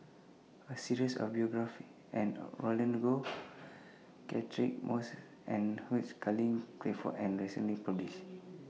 A series of biographies and Roland Goh Catchick Moses and Hugh Charles Clifford was recently published